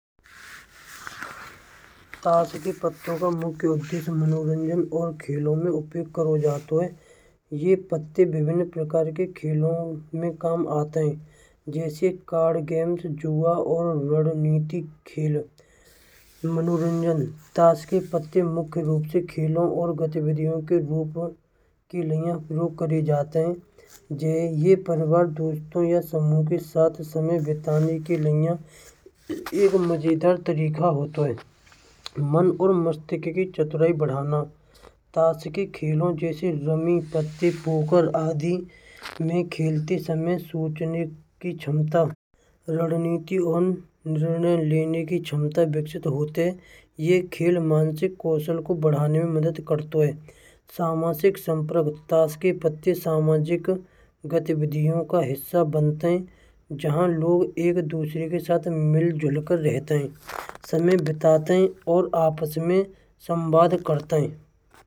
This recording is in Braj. ताश के पत्तों का मुख्य उद्देश्य मनोरंजन और खेलों में उपयोग करो जातो हैं। पत्ते विभिन्न प्रकार के खेलों में काम आते हैं जैसे कार्ड गेम्स जुआ और रणनीति खेल मनोरंजन ताश के पत्ते मुख्य रूप से खेलों और गतिविधियों के ऊपर की लीनियां प्रयोग करी जाते हैं। यह परिवार दोस्तों या समूह के साथ समय बिताने के लिए एक मजेदार तरीका हो तो हैं। मन और मस्तिष्क की चतुराई बढ़ाना ताज के खेलों जैसे जमीन ताते पोकर आदि में खेलते समय सोचने की क्षमता, रणनीति व निर्णय लेने की क्षमता विकसित होते हैं। यह खेल मानसिक कौशल को बढ़ाने में मदद करता है। सामाजिक संप्रभुता ताश के पत्ते सामाजिक गतिविधिया बनते हैं जहां लोग एक दूसरे के साथ मिलजुल कर रहते हैं, समय बिताते हैं और आपस में संवाद करते हैं।